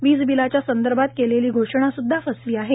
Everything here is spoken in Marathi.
वीज बिलाच्या संदर्भात केलेली घोषणा सुद्धा फसवी आहे